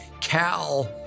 Cal